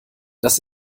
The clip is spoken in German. das